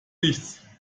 nichts